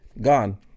Gone